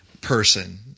person